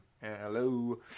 Hello